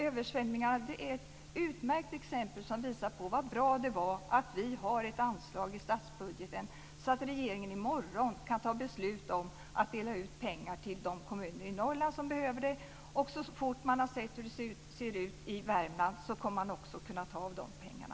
Översvämningarna är ett utmärkt exempel som visar på hur bra det är att vi har ett anslag i statsbudgeten så att regeringen i morgon kan fatta beslut om att dela ut pengar till de kommuner i Norrland som behöver det, och så fort man har sett hur det ser ut i Värmland kan man också ta av de pengarna.